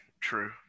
true